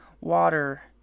water